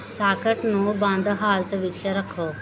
socket ਨੂੰ ਬੰਦ ਹਾਲਤ ਵਿੱਚ ਰੱਖੋ